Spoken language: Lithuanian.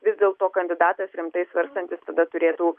vis dėlto kandidatas rimtai svarstantis tada turėtų